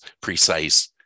precise